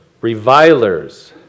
revilers